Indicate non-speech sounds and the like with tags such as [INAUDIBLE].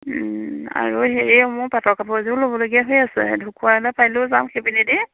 আৰু হেৰি মোৰ পাটৰ কাপোৰ এযোৰ ল'বলগীয়া হৈ আছে [UNINTELLIGIBLE] লৈ পাৰিলেও যাম সেইপিনেদি